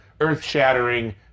earth-shattering